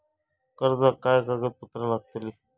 कर्जाक काय कागदपत्र लागतली?